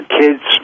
kids